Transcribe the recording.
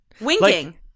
Winking